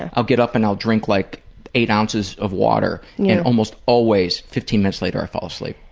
ah i'll get up and i'll drink like eight ounces of water. yeah and almost always fifteen minutes later i fall asleep.